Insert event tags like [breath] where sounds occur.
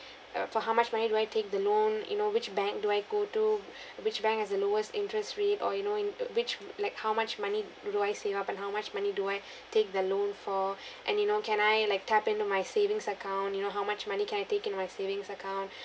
uh for how much money do I take the loan you know which bank do I go to which bank has the lowest interest rate or you know in~ which like how much money do do I save up and how much money do I take the loan for [breath] and you know can I like tap into my savings account you know how much money can I take into my savings account